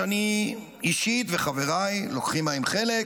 שאני אישית וחבריי לוקחים בהם חלק,